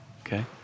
okay